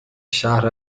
شهر